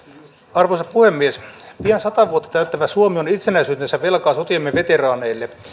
arvoisa puhemies pian sata vuotta täyttävä suomi on itsenäisyytensä velkaa sotiemme veteraaneille